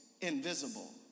invisible